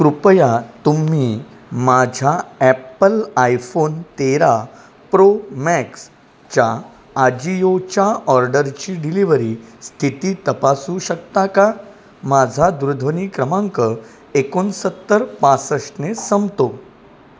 कृपया तुम्ही माझ्या ॲप्पल आयफोन तेरा प्रो मॅक्सच्या आजियोच्या ऑर्डरची डिलिव्हरी स्थिती तपासू शकता का माझा दूरध्वनी क्रमांक एकोणसत्तर पासष्टने संपतो